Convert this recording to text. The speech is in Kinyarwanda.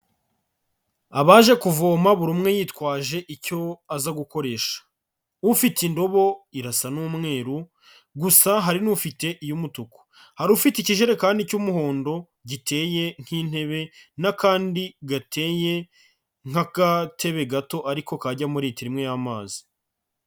Abaje kuvoma buri umwe yitwaje icyo aza gukoresha, ufite indobo irasa n'umweru gusa hari n'ufite iy'umutuku, hari ufite ikijerekani cy'umuhondo giteye nk'intebe n'akandi gateye nk'agatebe gato ariko kajyamo litiro imwe y'amazi.